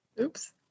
Oops